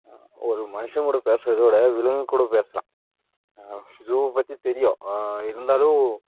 ஒரு மனுஷங்கூட பேசுறதை விட விலங்குக்கூட பேசலாம் ஸூவை பற்றி தெரியும் இருந்தாலும்